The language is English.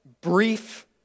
brief